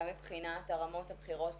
גם מבחינת הרמות הבכירות